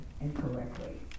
incorrectly